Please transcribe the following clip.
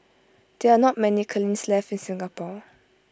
there are not many kilns left in Singapore